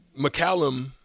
McCallum